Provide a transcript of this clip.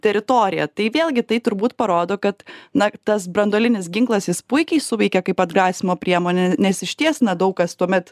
teritoriją tai vėlgi tai turbūt parodo kad na tas branduolinis ginklas jis puikiai suveikė kaip atgrasymo priemonė nes išties nedaug kas tuomet